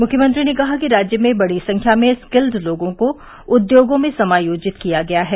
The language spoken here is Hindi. मुख्यमंत्री ने कहा कि राज्य में बड़ी संख्या में स्किल्ड लोगों को उद्योगों में समायोजित किया गया है